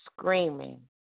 screaming